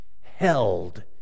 held